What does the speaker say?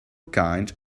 kind